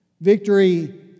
Victory